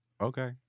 Okay